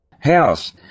house